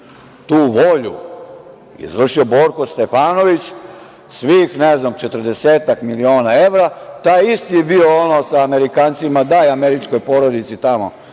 tu volju? Izvršio je Borko Stefanović svih četrdesetak miliona evra, taj isti je bio ono sa Amerikancima – daj američkoj porodici tamo,